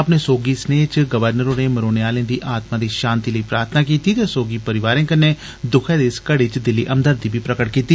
अपने सोगी सनेए च गवर्नर होरें मरोने आलें दी आत्मा दी शांति लेई प्रार्थना कीती ते सोगी परोआर कन्नै दुखै दी इस घड़ी च दिली हमदर्दी बी प्रगट कीती